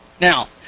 Now